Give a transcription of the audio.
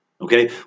Okay